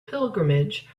pilgrimage